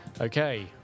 Okay